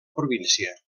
província